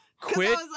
Quit